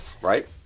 Right